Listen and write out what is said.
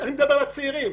אני מדבר על הצעירים.